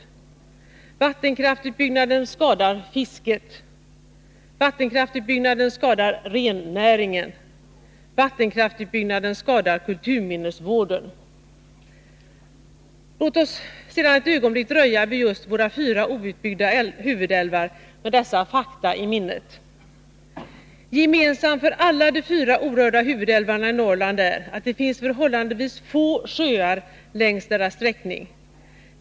Vattenkraftsutbyggnaden skadar fisket. Vattenkraftsutbyggnaden skadar rennäringen. Vattenkraftsutbyggnaden skadar kulturminnesvården. Låt oss sedan ett ögonblick, med dessa fakta i minnet, dröja vid just våra fyra outbyggda huvudälvar. Gemensamt för alla de fyra orörda huvudälvarna i Norrland är att det finns förhållandevis få sjöar längs deras sträckning.